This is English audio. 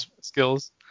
skills